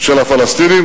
של הפלסטינים,